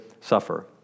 suffer